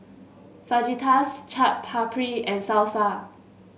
Fajitas Chaat Papri and Salsa